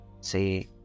say